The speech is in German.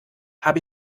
habe